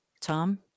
Tom